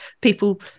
people